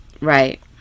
Right